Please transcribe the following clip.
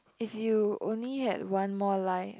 if you only had one more life